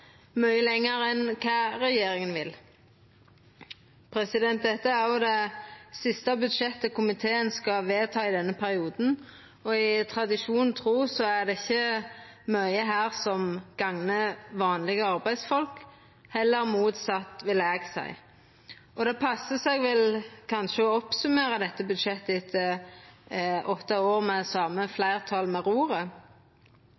mykje lenger enn kva regjeringa vil. Dette er òg det siste budsjettet komiteen skal vedta i denne perioden, og tradisjonen tro er det ikkje mykje her som gagnar vanlege arbeidsfolk – heller motsett, vil eg seia. Og det passar seg vel kanskje å summera opp dette budsjettet etter åtte år med det same